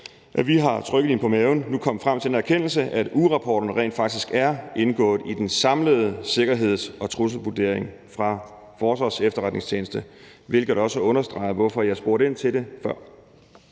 vi har trykket hende på maven, nu kommet frem til en erkendelse af, at ugerapporterne rent faktisk er indgået i den samlede sikkerheds- og trusselsvurdering fra Forsvarets Efterretningstjeneste, hvilket også understreger, hvorfor jeg spurgte ind til det før.